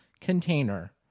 container